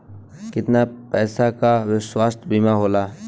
कितना पैसे का स्वास्थ्य बीमा होला?